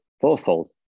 fourfold